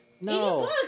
no